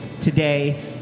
today